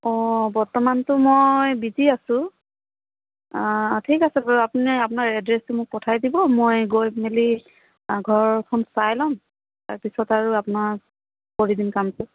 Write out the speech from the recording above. অ বৰ্তমানতো মই বিজি আছোঁ ঠিক আছে বাৰু আপুনি আপোনাৰ এড্ৰেছটো মোক পঠাই দিব মই গৈ মেলি আ ঘৰখন চাই ল'ম তাৰপিছত আৰু আপোনাৰ কৰি দিম কামটো